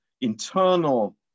internal